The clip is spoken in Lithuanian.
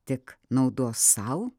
tik naudos sau